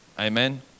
Amen